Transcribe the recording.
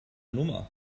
nummer